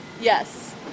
yes